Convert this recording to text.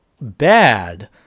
bad